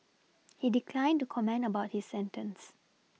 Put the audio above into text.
he declined to comment about his sentence